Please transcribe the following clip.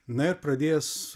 na ir pradėjęs